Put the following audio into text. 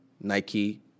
Nike